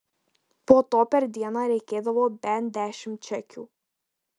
po to per dieną reikėdavo bent dešimt čekių